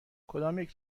کدامیک